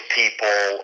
people